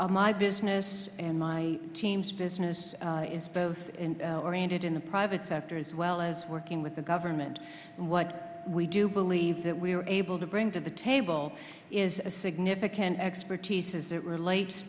that my business and my team's business is both oriented in the private sector as well as working with the government what we do believe that we were able to bring to the table is a significant expertise as it relates